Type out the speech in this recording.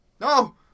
No